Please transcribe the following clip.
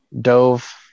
Dove